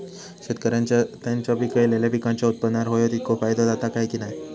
शेतकऱ्यांका त्यांचा पिकयलेल्या पीकांच्या उत्पन्नार होयो तितको फायदो जाता काय की नाय?